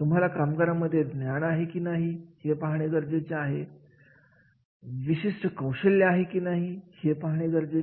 तुम्हाला त्या कार्याचा हेतू समजून घेणे गरजेचे आहे